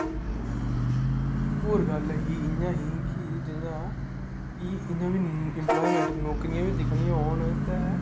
ओर गल्ल इ'यां ही कि जि'या कि इ'यां इम्पलाएमेंट नौकरियां बी दिक्खनी होन ते